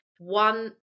one